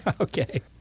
Okay